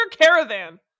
caravan